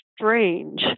strange